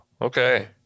Okay